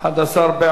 1 נתקבל.